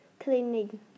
cleaning